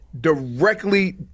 directly